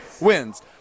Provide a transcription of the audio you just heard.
wins